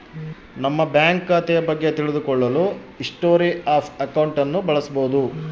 ನಮ್ಮ ಬ್ಯಾಂಕ್ ಖಾತೆಯ ಬಗ್ಗೆ ತಿಳಿದು ಕೊಳ್ಳಲು ಹಿಸ್ಟೊರಿ ಆಫ್ ಅಕೌಂಟ್ ಅನ್ನು ಬಳಸಬೋದು